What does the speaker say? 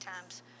times